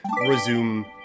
Resume